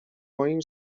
moim